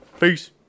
peace